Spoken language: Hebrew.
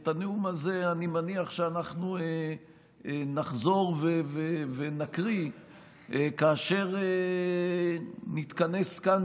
את הנאום הזה אני מניח שאנחנו נחזור ונקריא כאשר נתכנס כאן